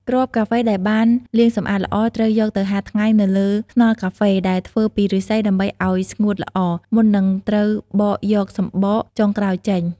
គ្រាប់កាហ្វេដែលបានលាងសម្អាតល្អ ត្រូវយកទៅហាលថ្ងៃនៅលើថ្នល់កាហ្វេ ដែលធ្វើពីឫស្សី ដើម្បីឲ្យស្ងួតល្អ មុននឹងត្រូវបកយកសំបកចុងក្រោយចេញ។